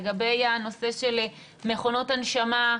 לגבי הנושא של מכונות הנשמה,